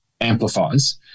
amplifies